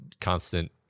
constant